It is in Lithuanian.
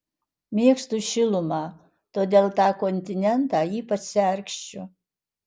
mėgstu šilumą todėl tą kontinentą ypač sergsčiu